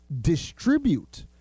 distribute